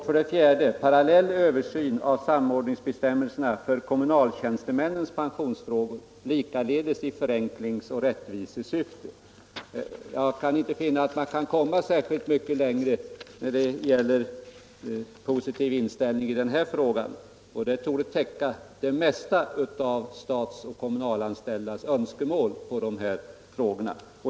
För det fjärde begär vi parallell översyn av samordningsbestämmelserna för kommunaltjänstemännens pensionsfrågor, likaledes i förenklingsoch rättvisesyfte. Jag kan inte finna att man kan komma särskilt mycket längre när det gäller positiv inställning i den här frågan, och det torde täcka det mesta av statsoch kommunalanställdas önskemål på dessa punkter.